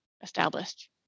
established